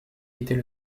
était